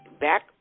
back